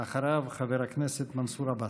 אחריו, חבר הכנסת מנסור עבאס.